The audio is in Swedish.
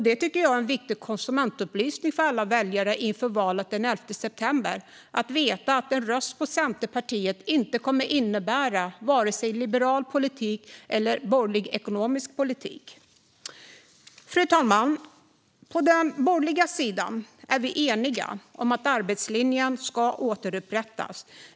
Det tycker jag är en viktig konsumentupplysning för alla väljare inför valet den 11 september. De får veta att en röst på Centerpartiet inte kommer att innebära vare sig liberal politik eller borgerlig ekonomisk politik. Fru talman! På den borgerliga sidan är vi eniga om att arbetslinjen ska återupprättas.